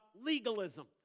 legalism